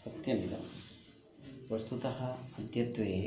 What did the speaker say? अत्यमितं वस्तुतः अद्यत्वे